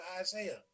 Isaiah